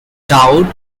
town